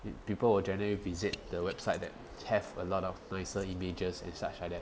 pe~ people will generally visit the website that have a lot of nicer images as such like that